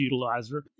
utilizer